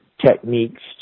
techniques